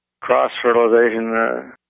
cross-fertilization